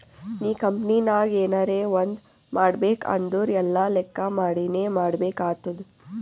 ನೀ ಕಂಪನಿನಾಗ್ ಎನರೇ ಒಂದ್ ಮಾಡ್ಬೇಕ್ ಅಂದುರ್ ಎಲ್ಲಾ ಲೆಕ್ಕಾ ಮಾಡಿನೇ ಮಾಡ್ಬೇಕ್ ಆತ್ತುದ್